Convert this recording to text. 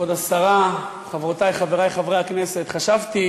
כבוד השרה, חברותי וחברי חברי הכנסת, חשבתי